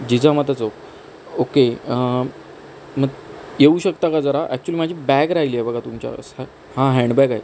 Jijamata Chowk okay मग येऊ शकता का जरा ॲक्च्युली माझी बॅग राहिली आहे बघा तुमच्या हां हँडबॅग आहे